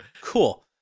Cool